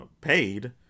paid